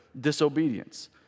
disobedience